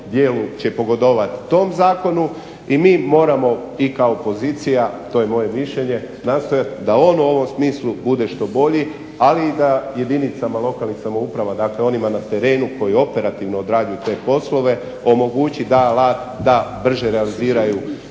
djelu će pogodovat tom zakonu i mi moramo i kao pozicija, to je moje mišljenje da on u ovom smislu bude što bolji ali i da jedinicama lokalnih samouprava dakle onima na terenu koji operativno odrađuju te poslove omogući da brže realiziraju